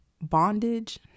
bondage